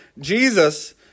Jesus